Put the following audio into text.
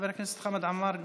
חבר הכנסת חמד עמאר,